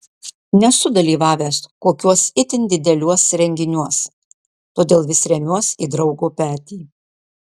nesu dalyvavęs kokiuos itin dideliuos renginiuos todėl vis remiuos į draugo petį